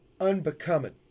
Unbecoming